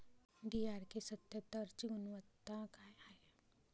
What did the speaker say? DRK सत्यात्तरची गुनवत्ता काय हाय?